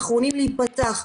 האחרונים להיפתח.